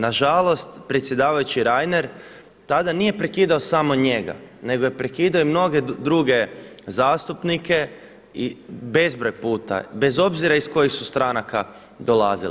Nažalost predsjedavajući Reiner tada nije prekidao samo njega, nego je prekidao i mnoge druge zastupnike i bezbroj puta bez obzira iz kojih su stranaka dolazili.